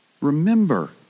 Remember